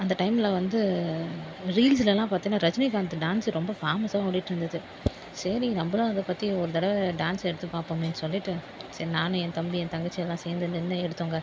அந்த டைம்மில் வந்து ரீல்ஸ்லலாம் பார்த்தீன்னா ரஜினிகாந்து டான்ஸு ரொம்ப ஃபேமஸாக ஓடிட்டுருந்துது சரி நம்பளும் அதை பற்றி ஒரு தடவை டான்ஸ் எடுத்து பார்ப்போமேனு சொல்லிவிட்டு சரி நான் ஏன் தம்பி ஏன் தங்கச்சி எல்லாம் சேர்ந்து நின்று எடுத்தோங்க